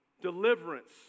Deliverance